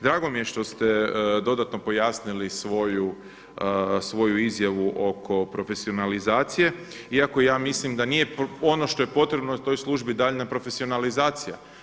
Drago mi je što ste dodatno pojasnili svoju izjavu oko profesionalizacije, iako ja mislim da nije ono što je potrebno toj službi daljnja profesionalizacija.